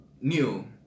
new